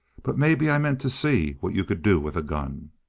but maybe i meant to see what you could do with a gun.